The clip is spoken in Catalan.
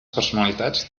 personalitats